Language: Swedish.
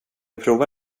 prova